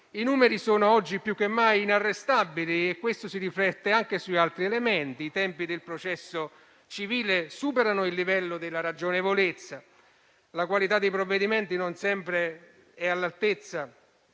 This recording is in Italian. I numeri sono oggi più che mai inarrestabili e questo si riflette anche sugli altri elementi: i tempi del processo civile superano il livello della ragionevolezza, la qualità dei provvedimenti non sempre è all'altezza